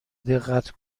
دقت